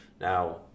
now